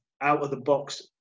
out-of-the-box